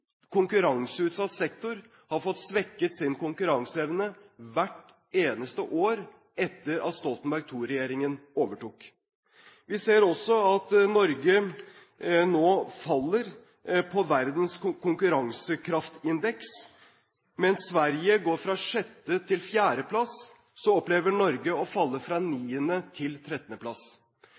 konkurranseutsatt sektor har fått svekket sin konkurranseevne hvert eneste år etter at Stoltenberg II-regjeringen overtok. Vi ser også at Norge nå faller på verdens konkurransekraftindeks. Mens Sverige går fra 6. til 4. plass, opplever Norge å falle fra 9. til